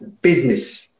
business